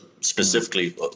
specifically